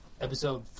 episode